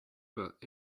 about